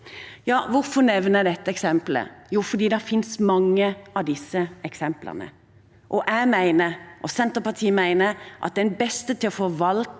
Hvorfor nevner jeg dette eksempelet? Jo, fordi det finnes mange av disse eksemplene, og jeg mener, og Senterpartiet mener, at den beste til å forvalte